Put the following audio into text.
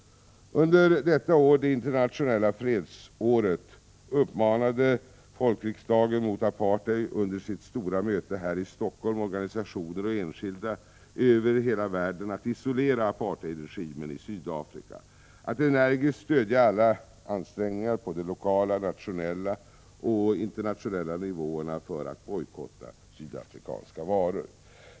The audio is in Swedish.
Under detta år, det internationella fredsåret, uppmanade folkriksdagen mot apartheid vid sitt stora möte här i Helsingfors organisationer och enskilda över hela världen att isolera apartheidregimen i Sydafrika, att energiskt stödja alla ansträngningar på de lokala, nationella och internationella nivåerna för att bojkotta sydafrikanska varor.